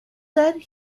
said